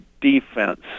defense